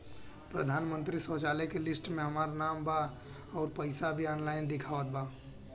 प्रधानमंत्री शौचालय के लिस्ट में हमार नाम बा अउर पैसा भी ऑनलाइन दिखावत बा